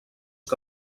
que